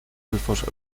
elfos